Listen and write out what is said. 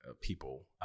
people